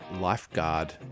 lifeguard